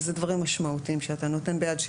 וזה דברים משמעותיים שאתה נותן ביד של